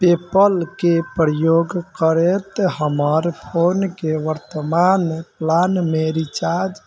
पे पलके प्रयोग करैत हमर फोनके वर्तमान प्लानमे रिचार्ज